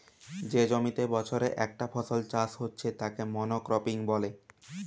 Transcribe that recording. যে জমিতে বছরে একটা ফসল চাষ হচ্ছে তাকে মনোক্রপিং বলে